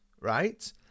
right